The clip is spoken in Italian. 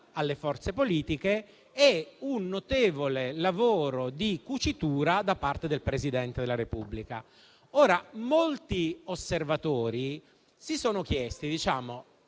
alle forze politiche e un notevole lavoro di cucitura da parte del Presidente della Repubblica. Molti osservatori e molti